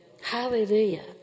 Hallelujah